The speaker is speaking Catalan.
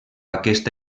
aquesta